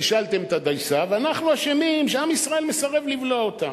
בישלתם את הדייסה ואנחנו אשמים שעם ישראל מסרב לבלוע אותה.